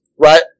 right